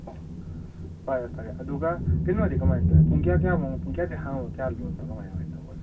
ꯑꯥ ꯐꯔꯦ ꯐꯔꯦ ꯑꯗꯨꯒ ꯀꯩꯅꯣꯗꯤ ꯀꯃꯥꯏꯅ ꯇꯧꯋꯦ ꯄꯨꯡ ꯀꯌꯥ ꯀꯌꯥ ꯐꯧ ꯄꯨꯡ ꯀꯌꯥꯗꯩ ꯍꯥꯡꯉꯒ ꯄꯨꯡ ꯀꯌꯥꯗ ꯂꯣꯟꯕ ꯀꯃꯥꯏ ꯀꯃꯥꯏꯅ ꯇꯧꯕ ꯑꯗꯨꯅ